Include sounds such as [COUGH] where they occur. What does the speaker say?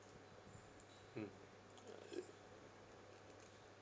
mm [NOISE]